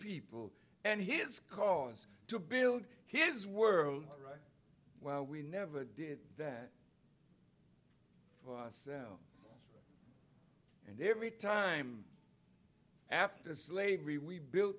people and his cause to build his world right well we never did that for us and every time after slavery we built